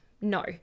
no